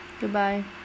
goodbye